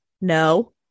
No